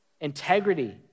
integrity